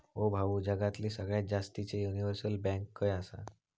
ओ भाऊ, जगातली सगळ्यात जास्तीचे युनिव्हर्सल बँक खय आसा